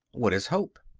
what is hope?